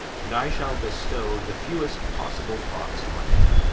and i shall bestow the fewest possible thoughts on it.